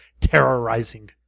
terrorizing